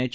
H